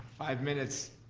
five minutes.